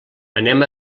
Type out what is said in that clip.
anem